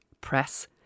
Press